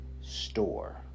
store